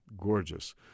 gorgeous